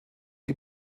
die